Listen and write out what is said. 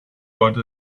what